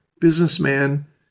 businessman